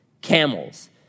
camels